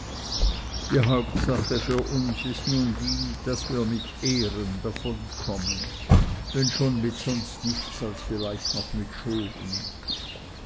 die hauptsache für uns ist nun die daß wir mit ehren davonkommen wenn schon mit sonst nichts als vielleicht noch mit schulden